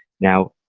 now,